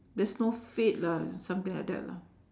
there's no fate lah something like that lah